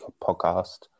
podcast